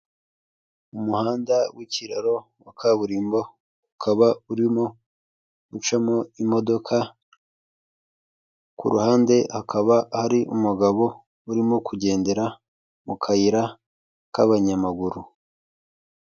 Mu muhanda w'ikiraro wa kaburimbo, ukaba urimo ucamo imodoka, ku ruhande hakaba hari umugabo urimo kugendera mu kayira k'abanyamaguru.